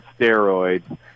steroids